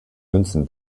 münzen